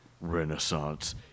Renaissance